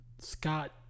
Scott